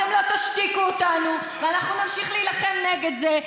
אתם לא תשתיקו אותנו ואנחנו נמשיך להילחם נגד זה,